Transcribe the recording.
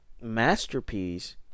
masterpiece